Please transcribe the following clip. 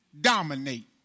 dominate